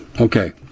Okay